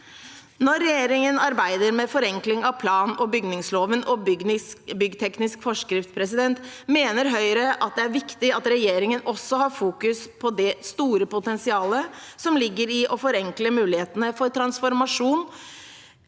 Når regjeringen arbeider med forenkling av planog bygningsloven og byggteknisk forskrift, mener Høyre det er viktig at regjeringen også fokuserer på det store potensialet som ligger i å forenkle mulighetene for transformasjon